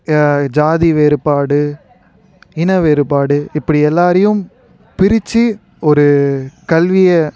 ஜாதி வேறுபாடு இன வேறுபாடு இப்படி எல்லோரையும் பிரித்து ஒரு கல்வியை